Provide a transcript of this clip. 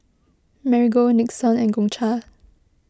Marigold Nixon and Gongcha